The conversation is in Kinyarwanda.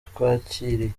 twakiriye